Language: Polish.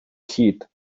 hit